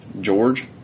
George